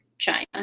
china